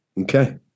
okay